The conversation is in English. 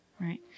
right